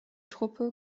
truppe